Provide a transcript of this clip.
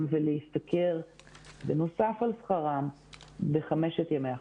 ולהשתכר בנוסף על שכרם בחמשת ימי החופשה.